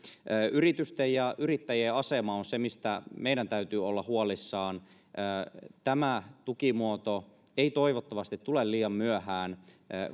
yritysten ja yrittäjien asema on se mistä meidän täytyy olla huolissamme tämä tukimuoto ei toivottavasti tule liian myöhään